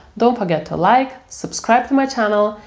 don't forget to like, subscribe to my channel,